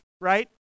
right